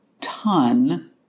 ton